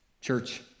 Church